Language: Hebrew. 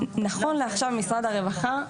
נכון לעכשיו משרד הרווחה,